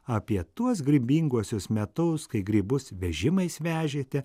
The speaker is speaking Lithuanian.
apie tuos grybinguosius metus kai grybus vežimais vežėte